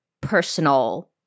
personal